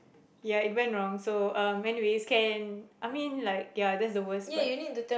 ya it went wrong so um anyways can I mean like ya that's the worst part